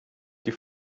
die